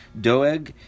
Doeg